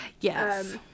Yes